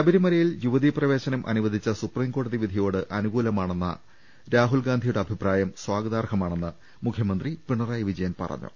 ശബരിമലയിൽ യുവതീ പ്രവേശനം അനുവദിച്ച സുപ്രീംകോ ടതി വിധിയോട് അനുകൂലമാണെന്ന് രാഹുൽ ഗ്രാന്ധിയുടെ അഭി പ്രായം സ്വാഗതാർഹമാണെന്ന് മുഖ്യമന്ത്രി പിണ്റായി വിജയൻ പറഞ്ഞു